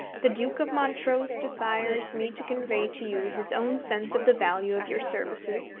the duke of montrose desires me to convey to you his own sense of the value of your services,